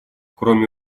кроме